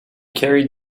carried